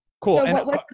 Cool